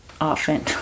often